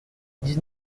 dix